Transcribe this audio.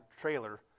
trailer